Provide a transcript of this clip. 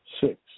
Six